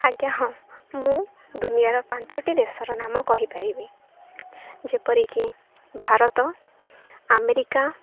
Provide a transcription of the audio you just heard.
ଆଜ୍ଞା ହଁ ମୁଁ ଦୁନିଆର ପାଞ୍ଚଟି ଦେଶର ନାମ କହିପାରିବି ଯେପରିକି ଭାରତ ଆମେରିକା